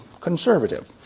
conservative